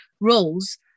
roles